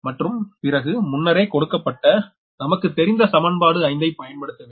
மற்றும்பிறகு முன்னரே கொடுக்கப்பட்ட நமக்கு தெரிந்த சமன்பாடு 5 ஐ பயன்படுத்தவேண்டும்